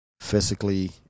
physically